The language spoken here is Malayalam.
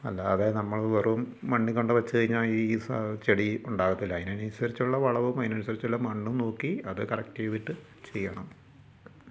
അല്ലാതെ നമ്മൾ വെറും മണ്ണിൽ കൊണ്ട് വെച്ച് കഴിഞ്ഞാൽ ഈ സാ ചെടി ഉണ്ടാകത്തില്ല അതിനനുസരിച്ചുള്ള വളവും അതിനനുസരിച്ചുള്ള മണ്ണും നോക്കി അത് കറക്റ്റ് ചെയ്തിട്ടു ചെയ്യണം